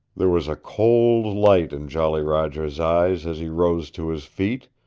there was a cold light in jolly roger's eyes as he rose to his feet,